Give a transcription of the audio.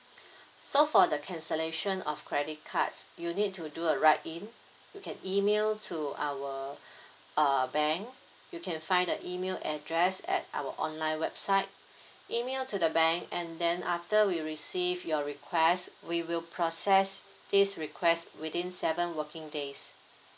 so for the cancellation of credit cards you need to do a write in you can email to our uh bank you can find the email address at our online website email to the bank and then after we received your request we will process this request within seven working days